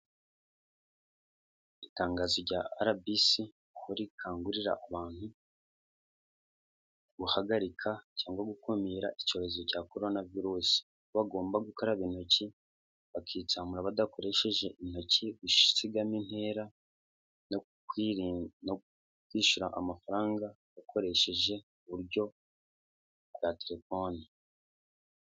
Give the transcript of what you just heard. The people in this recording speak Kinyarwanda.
Itangazo rya RBC aho rikangurira abantu guhagarika cyangwa gukumira icyorezo cya korona virusi, aho bagomba gukaraba intoki, bakitsamura badakoresheje intoki, gusigamo intera, no kwishyura amafaranga ukoresheje uburyo bwa telefoni.